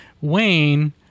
Wayne